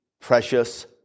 precious